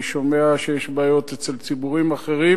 אני שומע שיש בעיות אצל ציבורים אחרים,